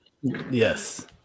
Yes